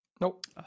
Nope